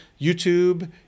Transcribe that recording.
YouTube